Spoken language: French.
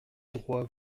droit